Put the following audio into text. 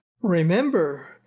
Remember